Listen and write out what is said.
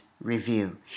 Review